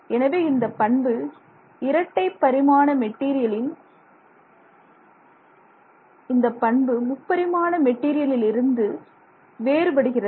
எனவே இந்தப் பண்பு இரட்டை பரிமாண மெட்டீரியலின் இந்தப் பண்பு முப்பரிமாண மெட்டீரியலிலிருந்து வேறுபடுகிறது